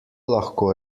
lahko